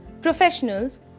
professionals